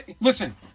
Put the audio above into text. Listen